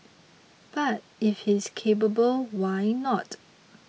but if he is capable why not